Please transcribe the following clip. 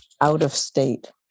out-of-state